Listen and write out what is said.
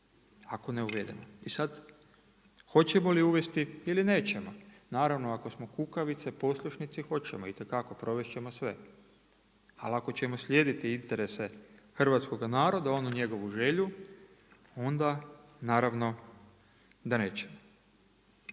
ako ne uvedemo i sad hoćemo li uvesti ili nećemo. Naravno, ako smo kukavice, poslušnice hoćemo, itekako, provest ćemo sve. Ali ako ćemo slijediti interese hrvatskoga naroda, onu njegovu želju, onda naravno da nećemo.